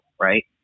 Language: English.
right